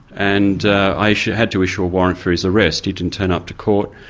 and i had to issue a warrant for his arrest, he didn't turn up to court.